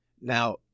Now